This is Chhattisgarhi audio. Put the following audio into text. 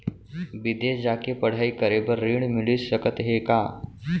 बिदेस जाके पढ़ई करे बर ऋण मिलिस सकत हे का?